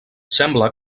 sembla